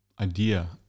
idea